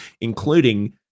including